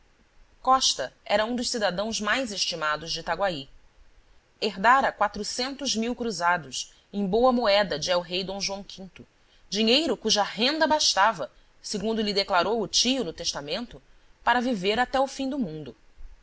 costa era um dos cidadãos mais estimados de itaguaí herdara quatrocentos mil cruzados em boa moeda de el-rei dom joão v dinheiro cuja renda bastava segundo lhe declarou tio no testamento para viver até o fim do mundo